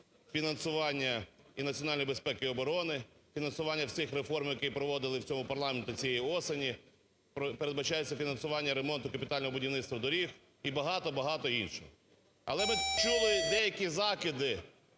фінансування і національної безпеки і оборони, фінансування всіх реформ, які проводили в цьому парламенті цієї осені, передбачається фінансування ремонту капітального будівництва доріг і багато-багато іншого. Але ми чули деякі закиди